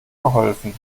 geholfen